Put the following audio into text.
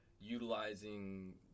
utilizing